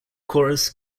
chorus